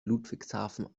ludwigshafen